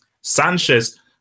Sanchez